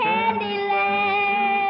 Candyland